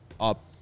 up